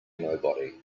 nobody